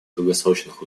долгосрочных